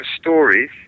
stories